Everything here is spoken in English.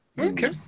Okay